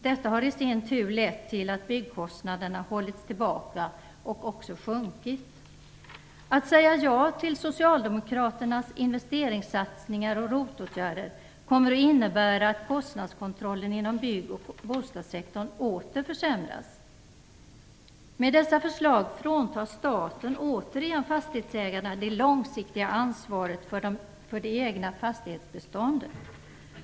Detta har i sin tur lett till att byggkostnaderna hållits tillbaka och även sjunkit. Att säga ja till socialdemokraternas investeringssatsningar och ROT-åtgärder kommer att innebära att kostnadskontrollen inom bygg och bostadssektorn åter försämras. Med dessa förslag fråntar staten återigen fastighetsägarna det långsiktiga ansvaret för det egna fastighetsbeståndet.